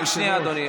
רק שנייה, אדוני,